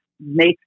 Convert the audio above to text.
make